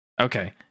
Okay